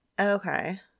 Okay